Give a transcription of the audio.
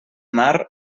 mar